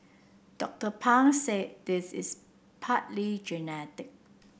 Doctor Pang said this is partly genetic